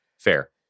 Fair